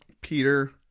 Peter